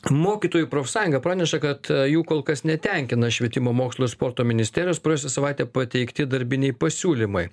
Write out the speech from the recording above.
mokytojų profsąjunga praneša kad jų kol kas netenkina švietimo mokslo ir sporto ministerijos praėjusią savaitę pateikti darbiniai pasiūlymai